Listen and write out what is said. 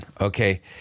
okay